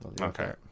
Okay